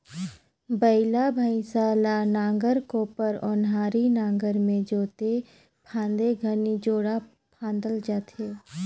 बइला भइसा ल नांगर, कोपर, ओन्हारी नागर मे जोते फादे घनी जोड़ा फादल जाथे